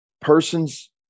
person's